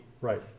Right